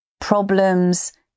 problems